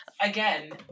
again